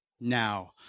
now